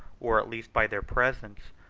or at least by their presence,